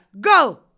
Go